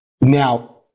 Now